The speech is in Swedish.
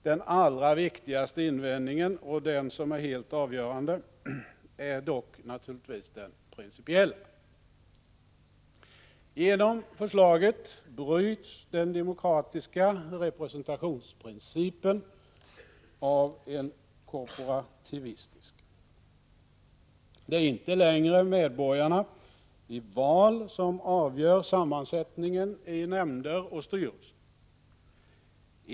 Den allra viktigaste invändningen och den som är helt avgörande är dock naturligtvis den principiella. Genom förslaget bryts den demokratiska representationsprincipen av en korporativistisk. Det är inte längre medborgarna i val som avgör sammansättningen i nämnder och styrelser.